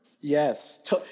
Yes